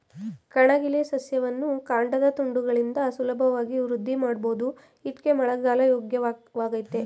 ಕಣಗಿಲೆ ಸಸ್ಯವನ್ನು ಕಾಂಡದ ತುಂಡುಗಳಿಂದ ಸುಲಭವಾಗಿ ವೃದ್ಧಿಮಾಡ್ಬೋದು ಇದ್ಕೇ ಮಳೆಗಾಲ ಯೋಗ್ಯವಾಗಯ್ತೆ